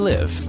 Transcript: Live